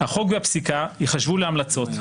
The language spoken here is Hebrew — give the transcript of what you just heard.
החוק והפסיקה ייחשבו להמלצות,